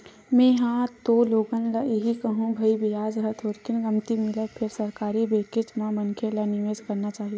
में हा ह तो लोगन ल इही कहिहूँ भले बियाज ह थोरकिन कमती मिलय फेर सरकारी बेंकेच म मनखे ल निवेस करना चाही